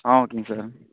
ஆ ஓகேங்க சார்